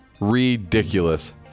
Ridiculous